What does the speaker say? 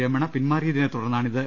രമണ പിൻമാറിയതിനെ തുടർന്നാണിത്